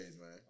man